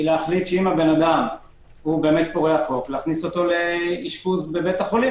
אם האדם הוא באמת פורע חוק - להכניס אותו לאשפוז בבית החולים.